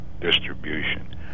distribution